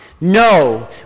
No